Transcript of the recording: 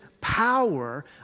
power